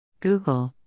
Google